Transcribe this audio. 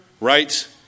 Right